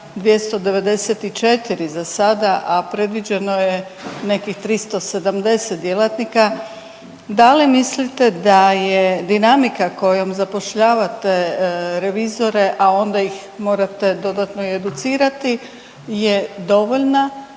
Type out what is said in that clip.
294 za sada, a predviđeno je nekih 370 djelatnika, da li mislite da je dinamika kojom zapošljavate revizore, a onda ih morate dodatno i educirati je dovoljna?